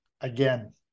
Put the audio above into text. Again